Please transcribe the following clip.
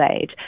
age